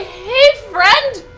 hey friend!